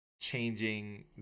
changing